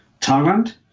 Thailand